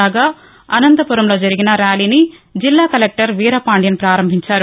కాగా అనంతపురంలో జరిగిన ర్యాలీని జిల్లా కలెక్టర్ వీర పాండ్యన్ పారంభించారు